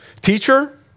Teacher